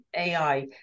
AI